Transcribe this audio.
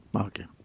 okay